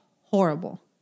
horrible